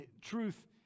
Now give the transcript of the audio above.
Truth